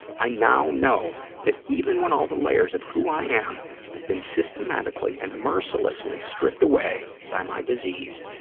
i now know that, even when all the layers of who i am have been systematically and mercilessly stripped away by my disease,